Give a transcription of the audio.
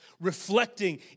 reflecting